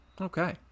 Okay